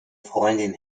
freundin